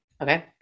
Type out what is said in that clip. okay